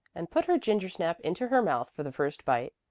and put her gingersnap into her mouth for the first bite.